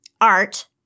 art